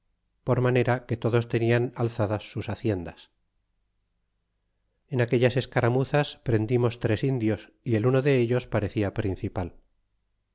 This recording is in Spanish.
por manera que todos tenían alzadas sus haciendas en aquellas escaramuzas prendimos tres indios y el uno dellos parecia principal